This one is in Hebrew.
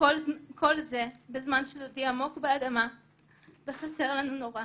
כל זה בזמן שדודי עמוק באדמה וחסר לנו נורא.